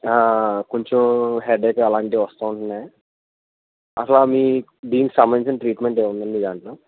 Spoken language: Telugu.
కొంచెం హెడేక్ అలాంటి వస్తూ ఉంటున్నాయి అసలు మీ దీనికి సంబంధించిన ట్రీట్మెంట్ ఏమన్నా ఉందా అండి మీ దాంట్లో